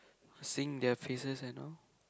seeing their faces and all